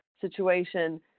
situation